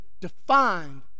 defined